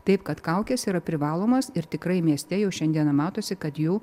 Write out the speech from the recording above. taip kad kaukės yra privalomos ir tikrai mieste jau šiandieną matosi kad jų